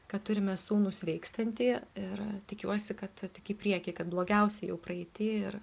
kad turime sūnų sveikstantį ir tikiuosi kad tik į priekį kad blogiausia jau praeity ir